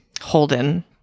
Holden